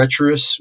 treacherous